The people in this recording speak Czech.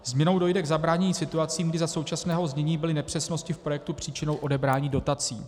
Změnou dojde k zabránění situacím, kdy za současného znění byly nepřesnosti v projektu příčinou odebrání dotací.